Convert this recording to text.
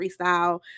freestyle